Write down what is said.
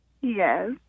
Yes